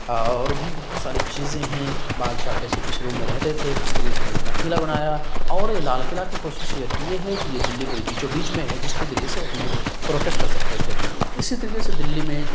اور بھی بہت ساری چیزیں ہیں بادشاہ کیسے کس روم میں رہتے تھے کس طریقے سے اُنہوں نے اپنا قلعہ بنایا اور یہ لال قلعہ کی خصوصیت یہ ہے کہ یہ دلّی کے بیچو بیچ میں ہے جس کے ذریعے سے وہ اپنے پروٹیکٹ کر سکتے تھے اِسی طریقے سے دلّی میں